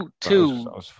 Two